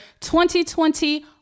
2020